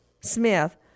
Smith